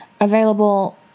available